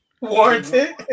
Warranted